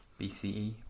BCE